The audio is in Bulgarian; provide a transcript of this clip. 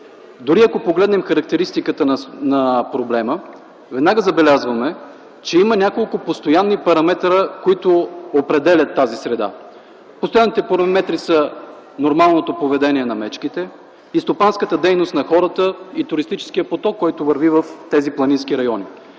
Дори, ако погледнем характеристиката на проблема, веднага забелязваме, че има няколко постоянни параметъра, определящи тази среда. Те са: нормалното поведение на мечките, стопанската дейност на хората и туристическият поток, който върви в тези планински райони.